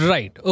Right